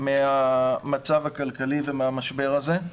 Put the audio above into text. מהמצב הכלכלי ומהמשבר הזה.